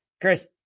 Chris